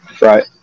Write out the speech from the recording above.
Right